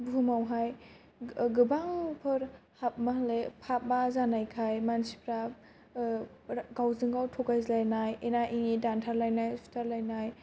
बुहुमावहाय गोबांफोर फाफआ जानायखाय मानसिफ्रा गावजों गाव थगायज्लायनाय एना एनि दानथारलायनाय सुथारलायनाय